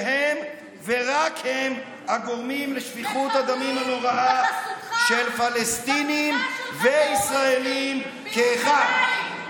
שהם ורק הם הגורמים לשפיכות הדמים הנוראה של פלסטינים וישראלים כאחד.